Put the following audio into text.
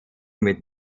mit